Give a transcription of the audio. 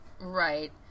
right